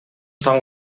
таң